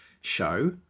show